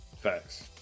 Facts